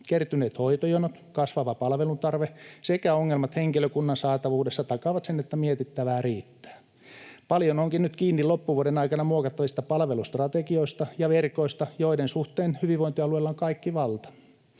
Kertyneet hoitojonot, kasvava palveluntarve sekä ongelmat henkilökunnan saatavuudessa takaavat, että mietittävää riittää. Paljon onkin nyt kiinni loppuvuoden aikana muokattavista palvelustrategioista ja ‑verkoista, joiden suhteen hyvinvointialueilla on kaikki valta.